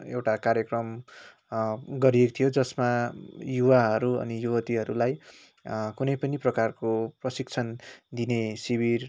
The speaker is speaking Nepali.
एउटा कार्यक्रम गरिएको थियो जसमा युवाहरू अनि युवतीहरूलाई कुनै पनि प्रकारको प्रशिक्षण दिने शिविर